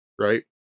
right